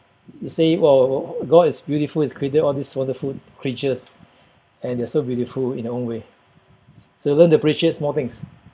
you say !wow! god is beautiful he's created all these wonderful creatures and they're so beautiful in their own way so learn to appreciate small things